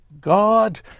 God